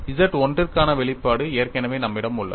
Z 1 க்கான வெளிப்பாடு ஏற்கனவே நம்மிடம் உள்ளது